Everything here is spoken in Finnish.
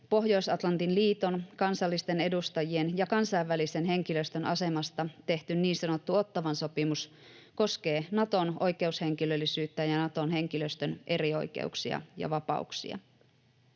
Pohjois-Atlantin liiton kansallisten edustajien ja kansainvälisen henkilöstön asemasta tehty niin sanottu Ottawan sopimus koskee Naton oikeushenkilöllisyyttä ja Naton henkilöstön erioikeuksia ja vapauksia.